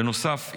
בנוסף,